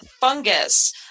fungus